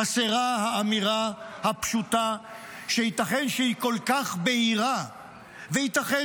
חסרה האמירה הפשוטה שייתכן שהיא כל כך בהירה וייתכן